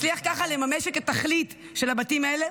ככה נצליח לממש את התכלית של הבתים האלה,